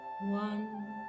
one